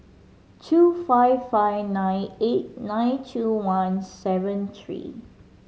two five five nine eight nine two one seven three